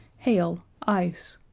hail, ice,